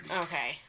Okay